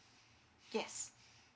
yes